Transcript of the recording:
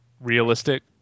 realistic